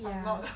ya